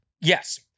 Yes